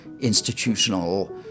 institutional